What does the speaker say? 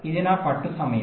ఇది నా పట్టు సమయం